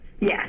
Yes